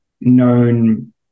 known